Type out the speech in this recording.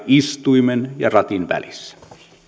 istuimen ja ratin välissä